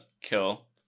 kill